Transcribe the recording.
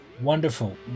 wonderful